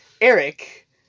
Eric